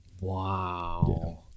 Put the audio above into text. wow